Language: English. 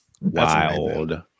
Wild